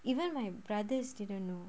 even my brothers didn't know